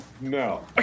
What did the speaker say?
No